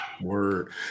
Word